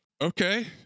Okay